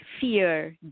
fear